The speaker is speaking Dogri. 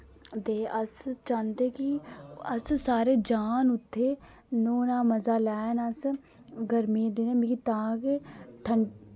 ते अस चांह्दे कि अस सारे जान उत्थै नौह्ने दा मजा लैन अस गर्मियें दिनै मिकी तां गै ठंड